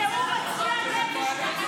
שהוא מצביע נגד.